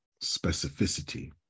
specificity